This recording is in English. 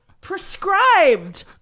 prescribed